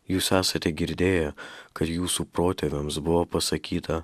jūs esate girdėję kad jūsų protėviams buvo pasakyta